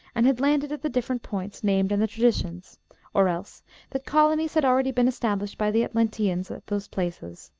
and had landed at the different points named in the traditions or else that colonies had already been established by the atlanteans at those places.